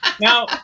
Now